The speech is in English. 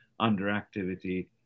underactivity